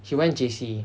she went J_C